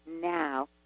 now